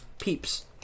peeps